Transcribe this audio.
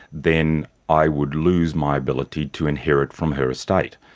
then i would lose my ability to inherit from her estate.